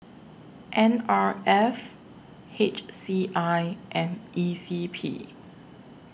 N R F H C I and E C P